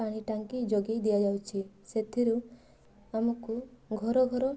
ପାଣି ଟାଙ୍କି ଯୋଗାଇ ଦିଆଯାଉଛି ସେଥିରୁ ଆମକୁ ଘର ଘର